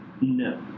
No